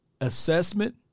assessment